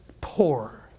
Poor